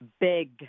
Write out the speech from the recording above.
big